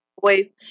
voice